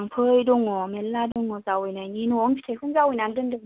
लांफै दङ मेल्ला दङ जावायनायनि न'नि फिथाइखौनो जावैनानै दोनदों